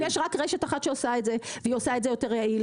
אם יש רק רשת אחת שעושה את זה והיא עושה את זה יותר יעיל,